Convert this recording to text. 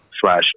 slash